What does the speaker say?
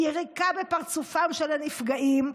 היא יריקה בפרצופם של הנפגעים,